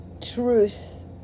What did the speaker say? truth